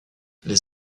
les